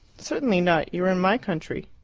certainly not you are in my country!